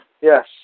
Yes